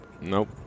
Nope